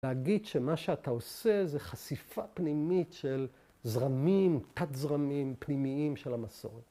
‫להגיד שמה שאתה עושה ‫זו חשיפה פנימית ‫של זרמים, תת-זרמים פנימיים ‫של המסורת.